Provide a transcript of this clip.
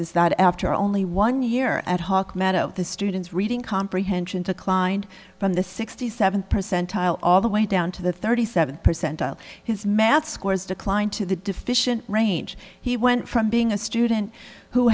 is that after only one year at hawk meadow the student's reading comprehension declined from the sixty seventh percentile all the way down to the thirty seventh percentile his math scores declined to the deficient range he went from being a student who